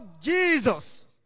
Jesus